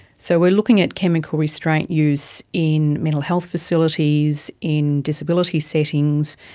so we are looking at chemical restraint use in mental health facilities, in disability settings,